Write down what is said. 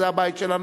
זה הבית שלנו.